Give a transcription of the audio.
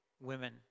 women